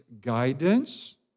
guidance